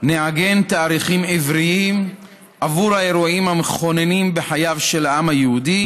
נעגן תאריכים עבריים עבור האירועים המכוננים בחייו של העם היהודי,